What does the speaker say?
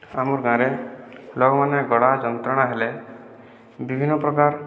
ଆମର ଗାଁରେ ଲୋକମାନେ ଗଳା ଯନ୍ତ୍ରଣା ହେଲେ ବିଭିନ୍ନ ପ୍ରକାର